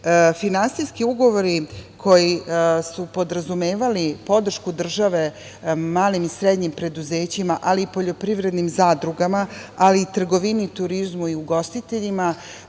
ugovori koji su podrazumevali podršku države malim i srednjim preduzećima, ali i poljoprivrednim zadrugama, kao i trgovini, turizmu i ugostiteljima,